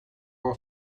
are